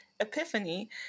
epiphany